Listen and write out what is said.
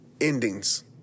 endings